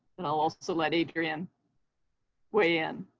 and i'll also so let adrienne weigh in.